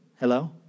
Hello